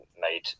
made